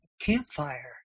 campfire